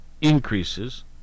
increases